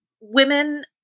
women